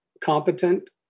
competent